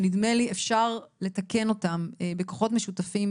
אפשר לתקן אותם בכוחות משותפים,